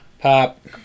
pop